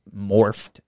morphed